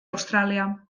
austràlia